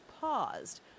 paused